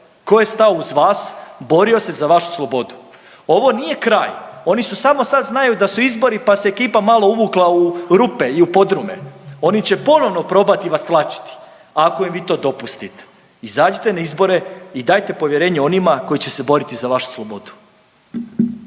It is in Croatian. ko je stao uz vas i borio se za vašu slobodu. Ovo nije kraj, oni su samo, sad znaju da su izbori, pa se ekipa malo uvukla u rupe i u podrume, oni će ponovno probati vas tlačiti ako im vi to dopustite. Izađite na izbore i dajte povjerenje onima koji će se boriti za vašu slobodu.